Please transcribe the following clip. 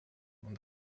und